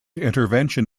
intervention